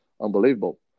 unbelievable